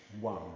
one